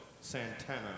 Santana